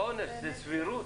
זה לא עונש, זו סבירות.